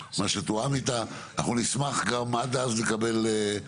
אנחנו נשמח עד אז לקבל את